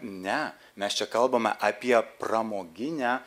ne mes čia kalbame apie pramoginę